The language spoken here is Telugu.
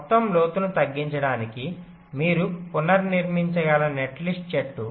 మొత్తం లోతును తగ్గించడానికి మీరు పునర్నిర్మించగల నెట్లిస్ట్ చెట్టు